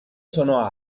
sono